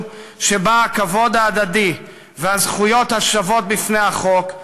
שבה הכבוד ההדדי והזכויות שוות בפני החוק,